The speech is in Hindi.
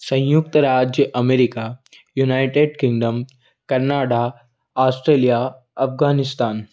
संयुक्त राज्य America United Kingdom Canada Australia Afghanistan